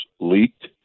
leaked